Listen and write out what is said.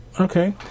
Okay